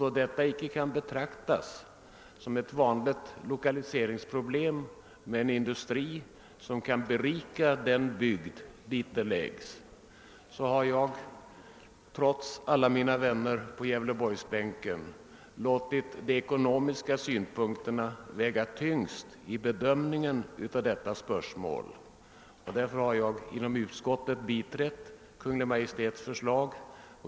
Då det här icke gäller ett vanligt lokaliseringsproblem — det är inte fråga om någon industri som kan berika den bygd där den förläggs — har jag trots att jag har många vänner på Gävleborgsbänken låtat de ekonomiska synpunkterna väga tyngst vid bedömningen och inom utskottet biträtt Kungl. Maj:ts förslag.